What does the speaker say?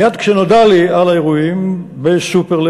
מייד כשנודע לי על האירועים ב"סופרלנד",